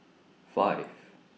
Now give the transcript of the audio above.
five